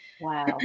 Wow